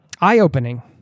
eye-opening